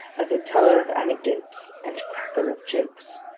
as a teller of anecdotes and cracker of jokes.